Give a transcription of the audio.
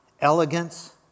elegance